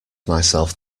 myself